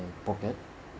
pocket